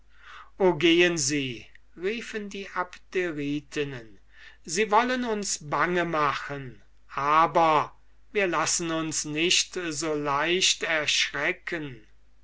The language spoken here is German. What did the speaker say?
gehen sie riefen die abderitinnen sie wollen uns bange machen aber wir lassen uns nicht so leicht erschrecken